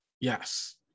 Yes